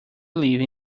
live